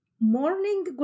morning